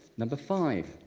number five.